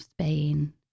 Spain